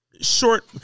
Short